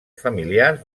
familiar